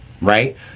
Right